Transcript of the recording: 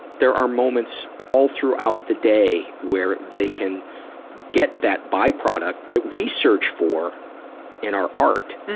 there are moments all throughout the day where they can get that byproduct that we search for in our art,